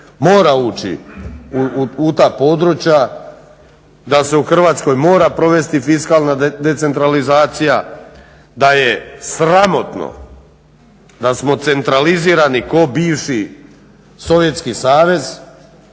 mora uči u ta područja, da se u Hrvatskoj mora provesti fiskalna decentralizacija, da je sramotno da smo centralizirani ko bivši Sovjetski savez,